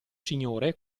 signore